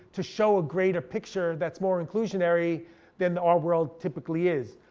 to show a greater picture that's more inclusionary than the art world typically is.